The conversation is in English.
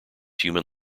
human